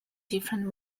different